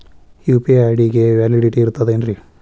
UPI ID ಗೆ validity ಇರತದ ಏನ್ರಿ?